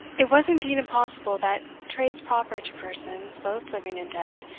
it was indeed impossible that traits proper to persons, both living and dead,